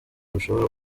bushobora